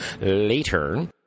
later